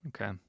Okay